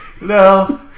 No